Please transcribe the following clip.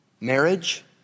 marriage